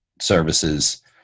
services